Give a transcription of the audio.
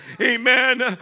Amen